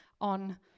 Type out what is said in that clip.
on